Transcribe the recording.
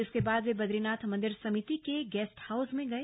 इसके बाद वे बदरीनाथ मंदिर समिति के गेस्ट हाउस में गए